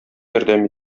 ярдәм